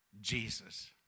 Jesus